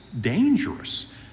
dangerous